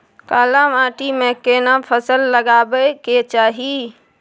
काला माटी में केना फसल लगाबै के चाही?